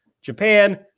Japan